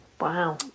Wow